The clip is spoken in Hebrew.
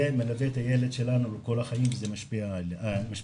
זה מלווה את הילד שלנו לכל החיים וזה משפיע עליו.